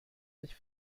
sich